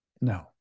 No